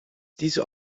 diese